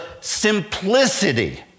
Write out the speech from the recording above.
simplicity